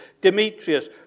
Demetrius